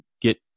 get